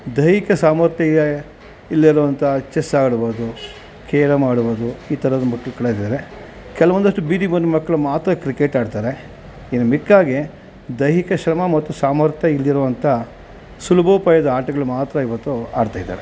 ದೈಹಿಕ ಸಾಮರ್ಥ್ಯ ಇಲ್ಲದೆ ಇರೋವಂಥ ಚೆಸ್ ಆಡ್ಬೋದು ಖೇರಮ್ ಆಡ್ಬೋದು ಈ ಥರದ ಕೆಲ್ವೊಂದಷ್ಟು ಬೀದಿಗೆ ಬಂದ ಮಕ್ಕಳು ಮಾತ್ರ ಕ್ರಿಕೆಟ್ ಆಡ್ತಾರೆ ಇನ್ನು ಮಿಕ್ಕ ಹಾಗೆ ದೈಹಿಕ ಶ್ರಮ ಮತ್ತು ಸಾಮರ್ಥ್ಯ ಇಲ್ಲದಿರೋವಂಥ ಸುಲಭೋಪಾಯದ ಆಟಗಳು ಮಾತ್ರ ಇವತ್ತು ಆಡ್ತಾ ಇದ್ದಾವೆ